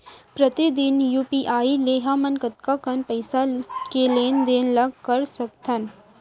प्रतिदन यू.पी.आई ले हमन कतका कन पइसा के लेन देन ल कर सकथन?